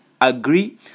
agree